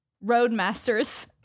Roadmasters